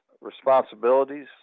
responsibilities